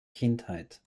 kindheit